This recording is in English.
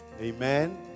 amen